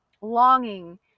longing